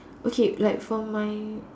okay like for my